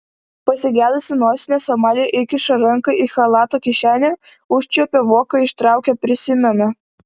pasigedusi nosinės amalija įkiša ranką į chalato kišenę užčiuopia voką ištraukia prisimena